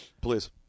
Please